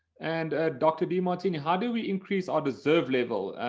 and dr. demartini, how do we increase our deserve level?